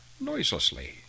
noiselessly